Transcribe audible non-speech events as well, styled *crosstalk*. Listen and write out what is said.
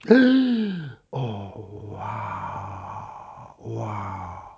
*noise* oh !wow! !wow!